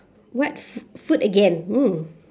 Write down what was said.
what f~ food again mm